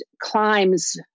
climbs